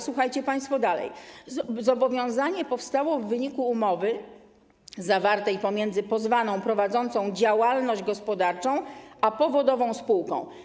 Słuchajcie państwo dalej: Zobowiązanie powstało w wyniku umowy zawartej pomiędzy pozwaną prowadzącą działalność gospodarczą a powodową spółką.